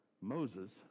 Moses